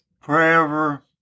forever